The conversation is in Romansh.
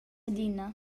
adina